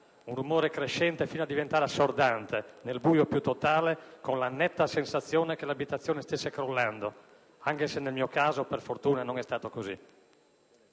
Un rumore crescente fino a diventare assordante, nel buio più totale, con la netta sensazione che l'abitazione stesse crollando, anche se nel mio caso, per fortuna, non è stato così.